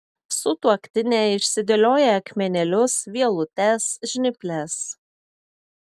sutuoktinė išsidėlioja akmenėlius vielutes žnyples